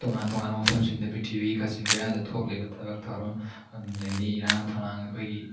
ꯇꯣꯉꯥꯟ ꯇꯣꯉꯥꯟꯕ ꯃꯐꯝꯁꯤꯡꯗ ꯄ꯭ꯔꯤꯊꯤꯕꯤꯒꯤ ꯀꯥꯆꯤꯟ ꯀꯣꯏꯌꯥꯗ ꯊꯣꯛꯂꯤꯕ ꯊꯕꯛ ꯊꯧꯔꯝ ꯑꯗꯨꯝ ꯂꯩꯔꯤ ꯏꯔꯥꯡ ꯐꯂꯥꯡ ꯑꯩꯈꯣꯏꯒꯤ